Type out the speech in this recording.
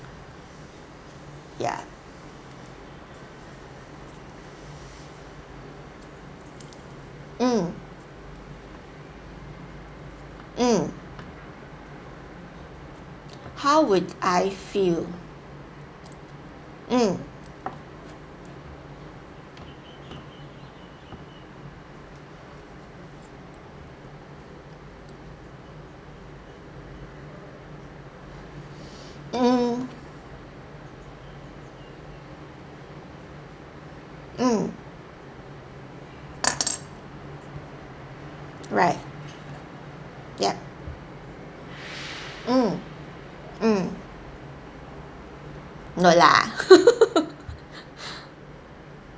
ya mm mm how would I feel mm mm mm right yup mm mm no lah